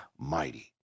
Mighty